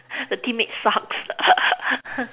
the teammates sucks